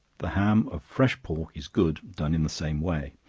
the ham of fresh pork is good, done in the same way.